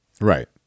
right